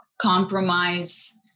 compromise